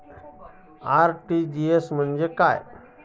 RTGS म्हणजे काय?